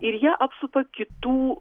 ir ją apsupa kitų